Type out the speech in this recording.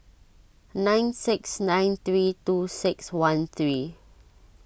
nine six nine three two six one three